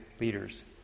leaders